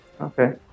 Okay